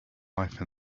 life